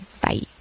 Bye